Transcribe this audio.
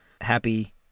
happy